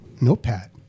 notepad